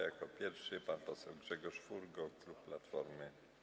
Jako pierwszy pan poseł Grzegorz Furgo, klub Platformy.